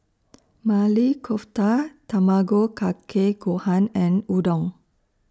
Maili Kofta Tamago Kake Gohan and Udon